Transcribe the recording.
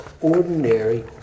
ordinary